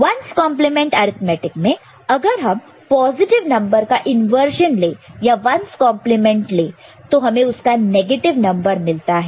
1's complement arithmetic 1's complement arithmetic में अगर हम पॉजिटिव नंबर का इंवर्जन ले या 1's कंपलीमेंट 1's complement ले तो हमें उसका नेगेटिव नंबर मिलता है